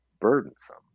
burdensome